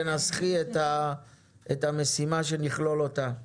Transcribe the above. תנסחי את המשימה כדי שנכלול אותה.